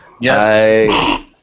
Yes